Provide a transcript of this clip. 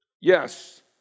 Yes